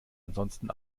ansonsten